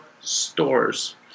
stores